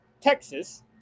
Texas